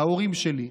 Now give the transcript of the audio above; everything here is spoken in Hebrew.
ההורים שלי.